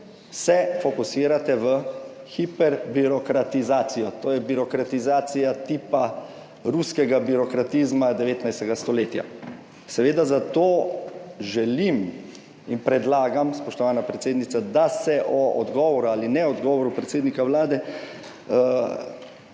se fokusirate na hiperbirokratizacijo. To je birokratizacija tipa ruskega birokratizma 19. stoletja. Zato želim in predlagam, spoštovana predsednica, da se o odgovoru ali neodgovoru predsednika Vlade